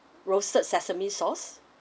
roasted sesame sauce